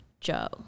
Joe